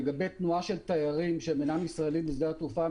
לגבי תנועה של תיירים שהם אינם ישראליים משדה התעופה,